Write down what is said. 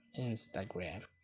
Instagram